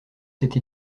cette